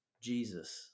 Jesus